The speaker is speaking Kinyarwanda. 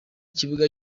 kibuga